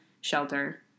shelter